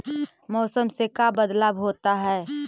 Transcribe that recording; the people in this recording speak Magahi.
मौसम से का बदलाव होता है?